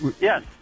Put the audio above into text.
yes